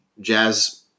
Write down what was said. jazz